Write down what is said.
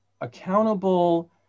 accountable